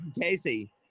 Casey